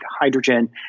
hydrogen